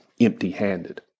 empty-handed